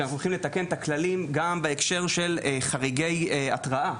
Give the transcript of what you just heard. שאנחנו הולכים לתקן את הכללים בהקשר של חריגי התראה.